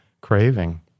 craving